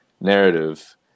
narrative